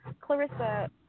Clarissa